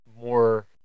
more